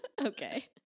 Okay